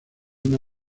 una